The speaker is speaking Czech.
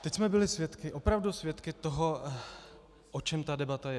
Teď jsme byli svědky, opravdu svědky toho, o čem ta debata je.